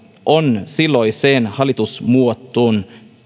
on silloiseen hallitusmuotoon